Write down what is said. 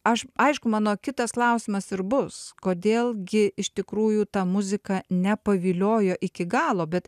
aš aišku mano kitas klausimas ir bus kodėl gi iš tikrųjų ta muzika nepaviliojo iki galo bet